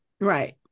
Right